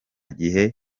gihe